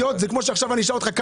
אתם אמרתם על התלות.